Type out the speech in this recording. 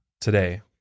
today